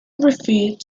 referred